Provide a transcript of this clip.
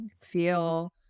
feel